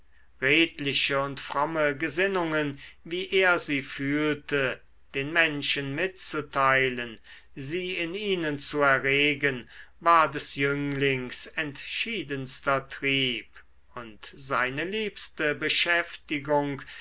redliche und fromme gesinnungen wie er sie fühlte den menschen mitzuteilen sie in ihnen zu erregen war des jünglings entschiedenster trieb und seine liebste beschäftigung